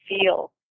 feel